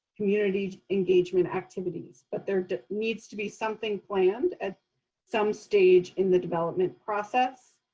community engagement activities. but there needs to be something planned at some stage in the development process.